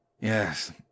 Yes